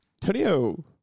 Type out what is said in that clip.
Tonio